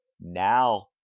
Now